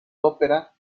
ópera